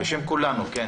בשם כולנו, כן.